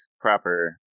proper